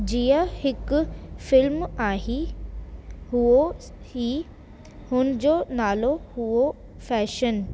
जीअं हिकु फ़िल्म आई हुई हुन जो नालो हुओ फ़ैशन